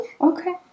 Okay